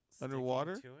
Underwater